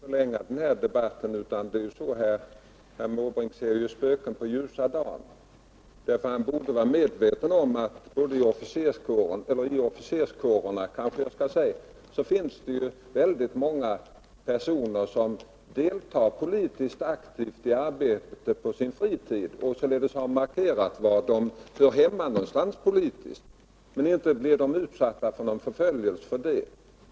Herr talman! Jag skall inte förlänga denna debatt så mycket. Men herr Måbrink ser här spöken mitt på ljusa dagen. Han borde vara medveten om att det inom officerskåren finns många som på sin fritid aktivt deltar i det politiska arbetet och alltså har markerat var de hör hemma politiskt, men inte blir de utsatta för någon förföljelse för det.